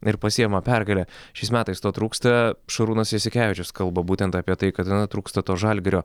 ir pasiima pergalę šiais metais to trūksta šarūnas jasikevičius kalba būtent apie tai kad na trūksta to žalgirio